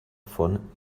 von